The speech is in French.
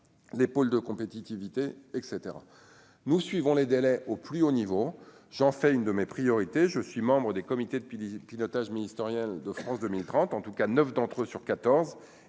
les pôles de compétitivité, et caetera, nous suivons les délais au plus haut niveau, j'en fais une de mes priorités, je suis membre des comités de depuis pilotage ministériel de France 2030 en tout cas, 9 d'entre eux sur 14